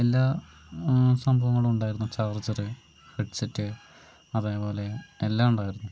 എല്ലാ സംഭവങ്ങളും ഉണ്ടായിരുന്നു ചാർജ്റ് ഹെഡ്സെറ്റ് അതേപോലെ എല്ലാം ഉണ്ടായിരുന്നു